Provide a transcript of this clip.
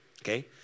Okay